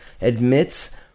admits